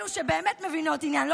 אלו שבאמת מבינות עניין,